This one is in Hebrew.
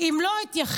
אם לא אתייחס